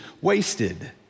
wasted